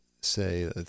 say